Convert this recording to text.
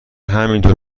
همینطور